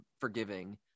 forgiving